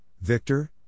Victor